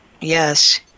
Yes